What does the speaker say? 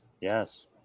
Yes